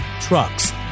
trucks